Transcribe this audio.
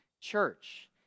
church